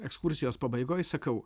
ekskursijos pabaigoj sakau